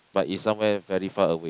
but it's somewhere very far away